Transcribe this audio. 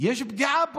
יש פה פגיעה.